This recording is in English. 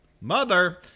Mother